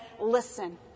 Listen